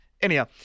Anyhow